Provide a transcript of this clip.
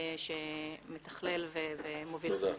שמתכלל ומוביל את זה.